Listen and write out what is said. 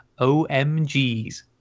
OMGs